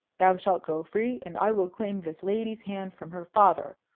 thou shalt go free, and i will claim this lady's hand from her father,